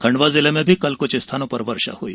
खण्डवा जिले में भी कल कुछ स्थानों पर वर्षा हुई